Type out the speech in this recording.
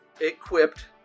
equipped